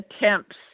attempts